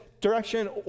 direction